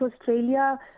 Australia